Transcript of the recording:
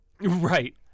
right